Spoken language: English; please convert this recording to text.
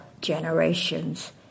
generations